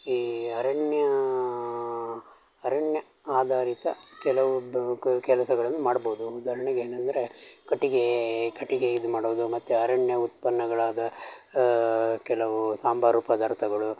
ಈ ಅರಣ್ಯ ಅರಣ್ಯ ಆಧಾರಿತ ಕೆಲವು ಬ ಕೆಲಸಗಳನ್ನು ಮಾಡ್ಬೋದು ಉದಾಹರ್ಣೆಗೆ ಏನಂದರೆ ಕಟ್ಟಿಗೆ ಕಟ್ಟಿಗೆ ಇದು ಮಾಡೋದು ಮತ್ತು ಅರಣ್ಯ ಉತ್ಪನ್ನಗಳಾದ ಕೆಲವು ಸಾಂಬಾರು ಪದಾರ್ಥಗಳು